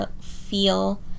feel